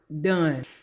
done